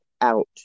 out